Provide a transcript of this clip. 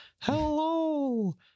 hello